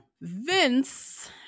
Vince